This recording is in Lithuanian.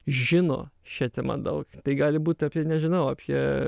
žino šia tema daug tai gali būt apie nežinau apie